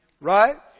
Right